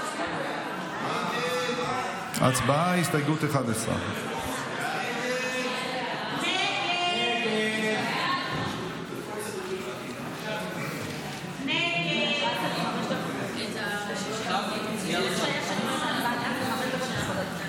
11. הצבעה על הסתייגות 11. הסתייגות 11 לא נתקבלה.